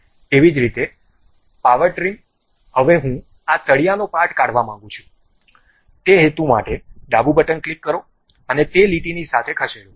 તેવી જ રીતે પાવર ટ્રીમ હવે હું આ તળિયા નો પાર્ટ કાઢવા માગું છું તે હેતુ માટે ડાબી બટન ક્લિક કરો અને તે લીટીની સાથે ખસેડો